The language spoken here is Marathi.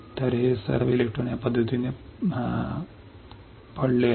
तर हे सर्व इलेक्ट्रॉन या पद्धतीने पडलेले आहेत